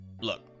look